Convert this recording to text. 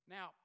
Now